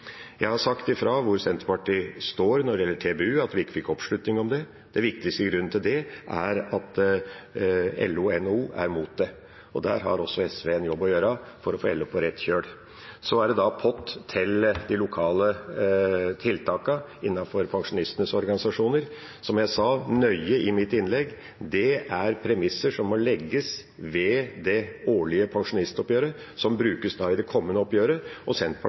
Jeg har sagt ifra hvor Senterpartiet står når det gjelder TBU, at vi ikke fikk oppslutning om det. Den viktigste grunnen til det er at LO og NHO er imot det, og der har også SV en jobb å gjøre for å få LO på rett kjøl. Så er det en pott til de lokale tiltakene innenfor pensjonistenes organisasjoner. Som jeg sa nøye i mitt innlegg: Det er premisser som må legges ved det årlige pensjonistoppgjøret, som brukes i det kommende oppgjøret. Og